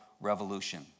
Revolution